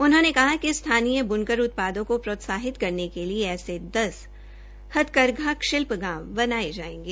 उन्होंने कहा कि स्थानीय ब्नकर उत्पादों को प्रोत्साहित करने के लिए ऐसे दस हथकरघा शिल्प गांव बनाये जायेंगे